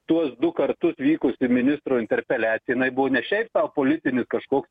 tuos du kartus vykusį ministro interpeliacija jinai buvo ne šiaip sau politinis kažkoks